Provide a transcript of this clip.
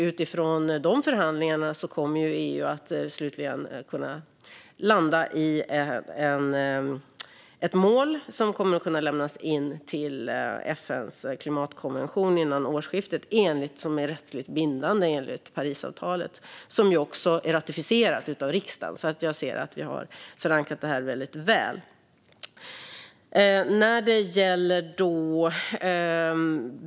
Utifrån de förhandlingarna kommer EU slutligen att kunna landa i ett mål som före årsskiftet kommer att lämnas in till FN:s klimatkonvention - som är rättsligt bindande enligt Parisavtalet, vilket också är ratificerat av riksdagen. Jag anser alltså att vi har förankrat detta väldigt väl.